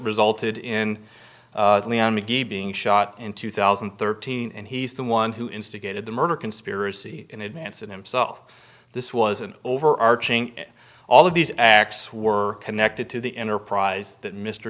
resulted in leon mcgee being shot in two thousand and thirteen and he's the one who instigated the murder conspiracy in advance of himself this was an overarching all of these acts were connected to the enterprise that m